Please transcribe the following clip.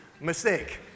mistake